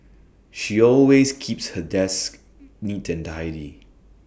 she always keeps her desk neat and tidy